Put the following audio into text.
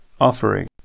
Offering